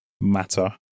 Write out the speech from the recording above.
matter